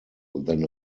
than